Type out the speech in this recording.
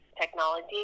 technology